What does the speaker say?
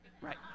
Right